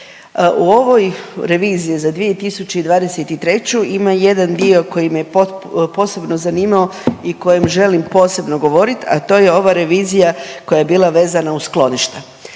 u ovoj reviziji za 2023. ima jedan dio koji me posebno zanimao i o kojem želim posebno govoriti, a to je ova revizija koja je bila vezana uz skloništa.